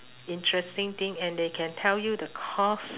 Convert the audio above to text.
interesting thing and they can tell you the cost